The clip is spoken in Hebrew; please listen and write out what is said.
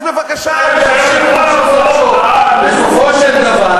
עם ישראל יישאר בכל ארצו,